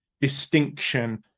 distinction